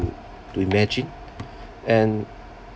to imagine and